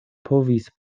povis